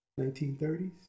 1930s